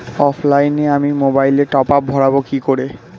অফলাইনে আমি মোবাইলে টপআপ ভরাবো কি করে?